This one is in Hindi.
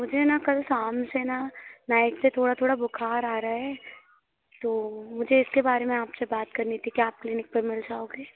मुझे ना कल शाम से ना नाइट से थोड़ा थोड़ा बुखार आ रहा है तो मुझे इसके बारे में आपसे बात करनी थी क्या आप क्लिनिक पर मिल जाओगे